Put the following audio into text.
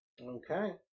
Okay